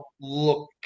look